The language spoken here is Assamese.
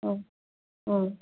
অঁ অঁ